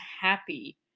happy